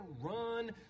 Run